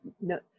no